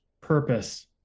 purpose